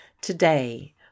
Today